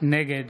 נגד